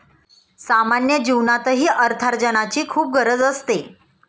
सामान्य जीवनातही अर्थार्जनाची खूप गरज असते